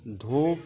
ধূপ